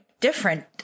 different